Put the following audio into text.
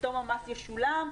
פתאום המס ישולם,